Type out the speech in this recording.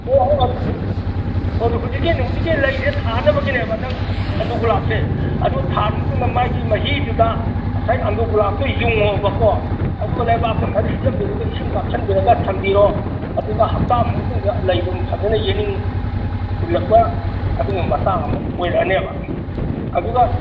ꯍꯣꯏ ꯍꯣꯏ ꯑꯗꯨꯁꯨ ꯑꯣ ꯍꯧꯖꯤꯛꯀꯤ ꯍꯧꯖꯤꯛꯀꯤ ꯂꯩꯁꯦ ꯊꯥꯅꯕꯒꯤꯅꯦꯕ ꯅꯪ ꯑꯟꯗꯨꯒꯨꯂꯥꯞꯁꯦ ꯑꯗꯨꯒ ꯊꯥꯔ ꯃꯇꯨꯡꯗ ꯃꯥꯒꯤ ꯃꯍꯤꯗꯨꯗ ꯉꯁꯥꯏ ꯑꯟꯗꯨꯒꯨꯂꯥꯞꯇꯣ ꯌꯨꯡꯉꯣꯕꯀꯣ ꯑꯗꯨꯒ ꯂꯩꯕꯥꯛꯇꯣ ꯐꯖ ꯁꯤꯠꯆꯟꯕꯤꯔꯒ ꯏꯁꯤꯡ ꯀꯥꯞꯁꯟꯕꯤꯔꯒ ꯊꯝꯕꯤꯔꯣ ꯑꯗꯨꯒ ꯍꯞꯇꯥꯃꯨꯛ ꯃꯇꯨꯡꯗ ꯂꯩꯗꯨ ꯐꯖꯅ ꯌꯦꯅꯤꯡ ꯍꯨꯜꯂꯛꯄ ꯑꯗꯨꯒꯤ ꯃꯇꯥꯡ ꯑꯃ ꯑꯣꯏꯔꯛꯑꯅꯦꯕ ꯑꯗꯨꯒ